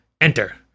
enter